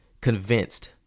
convinced